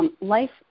Life